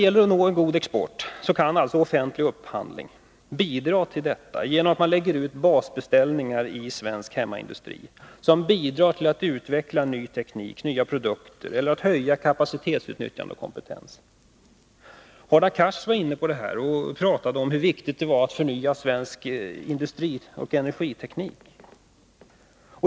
Offentlig upphandling kan alltså bidra till att vi når en god export genom att man lägger ut basbeställningar i svensk hemmaindustri, som bidrar till att utveckla ny teknik och nya produkter eller att höja kapacitetsutnyttjande och kompetens. Hadar Cars talade om hur viktigt det är att förnya svensk industrioch energiteknik.